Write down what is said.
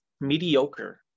mediocre